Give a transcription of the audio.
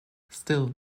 still